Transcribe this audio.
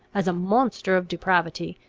as a monster of depravity,